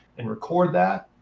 and record that,